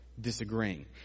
disagreeing